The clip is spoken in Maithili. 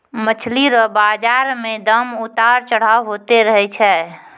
मछली रो बाजार मे दाम उतार चढ़ाव होते रहै छै